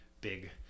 big